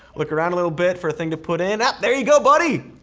look around a little bit for a thing to put in. up, there you go buddy,